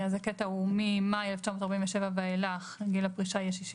"מאי 1947 ואילך 62"